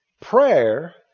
prayer